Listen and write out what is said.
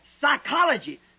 psychology